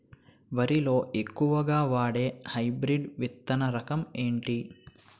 వరి లో ఎక్కువుగా వాడే హైబ్రిడ్ విత్తన రకం ఏంటి?